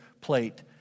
plate